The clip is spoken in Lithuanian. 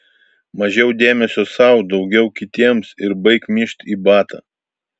mažiau dėmesio sau daugiau kitiems ir baik myžti į batą